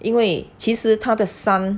因为其实他的 son